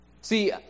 See